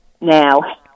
now